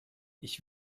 ich